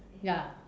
ya